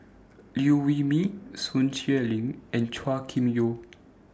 Liew Wee Mee Sun Xueling and Chua Kim Yeow